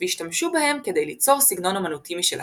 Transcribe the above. והשתמשו בהם כדי ליצור סגנון אמנותי משלהם.